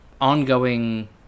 ongoing